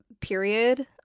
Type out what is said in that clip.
period